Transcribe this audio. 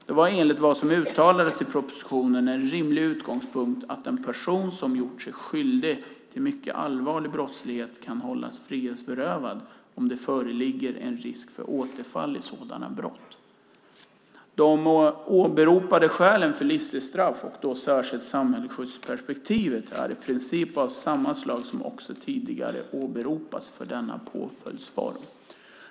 Det var enligt vad som uttalades i propositionen en rimlig utgångspunkt att en person som gjort sig skyldig till mycket allvarlig brottslighet kan hållas frihetsberövad om det föreligger en risk för återfall i sådana brott. De åberopade skälen för livstidsstraff och då särskilt samhällsskyddsperspektivet är i princip av samma slag som också tidigare åberopats för denna påföljdsform.